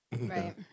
Right